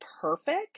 perfect